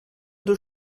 deux